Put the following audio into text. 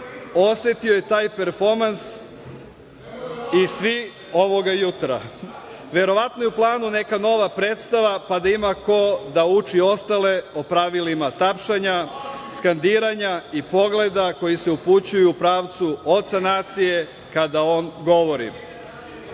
miljeu. Osetio je taj performans i svi ovoga jutra. Verovatno je u planu neka nova predstava, pa da ima ko da uči ostale o pravilima tapšanja, skandiranja i pogleda koji se upućuju u pravcu oca nacije kada on